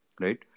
right